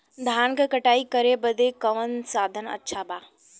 धान क कटाई करे बदे कवन साधन अच्छा बा?